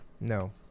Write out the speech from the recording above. No